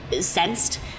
sensed